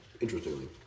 interestingly